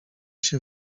się